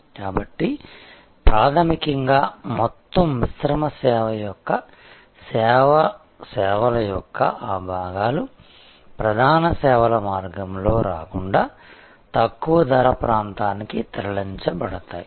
కాబట్టి ప్రాథమికంగా మొత్తం మిశ్రమ సేవ యొక్క సేవల యొక్క ఆ భాగాలు ప్రధాన సేవల మార్గంలో రాకుండా తక్కువ ధర ప్రాంతానికి తరలించబడతాయి